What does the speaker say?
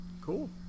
Cool